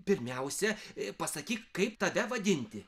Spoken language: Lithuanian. pirmiausia pasakyk kaip tave vadinti